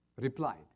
replied